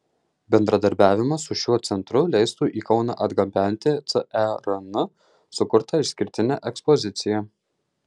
bendradarbiavimas su šiuo centru leistų į kauną atgabenti cern sukurtą išskirtinę ekspoziciją